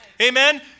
amen